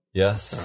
yes